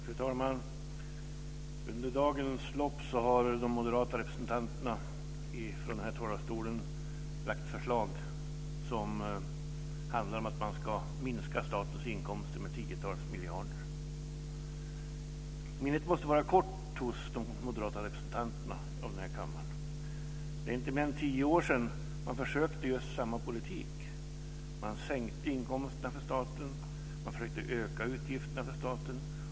Fru talman! Under dagens lopp har de moderata representanterna från den här talarstolen presenterat förslag som handlar om att minska statens inkomster med tiotals miljarder. Minnet måste vara kort hos de moderata representanterna i denna kammare. Det är inte mer än tio år sedan man försökte just samma politik. Man sänkte inkomsterna för staten och försökte öka utgifterna. Vad hände?